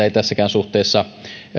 ei tässäkään suhteessa